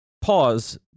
pause